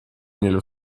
nello